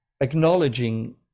acknowledging